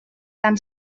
tant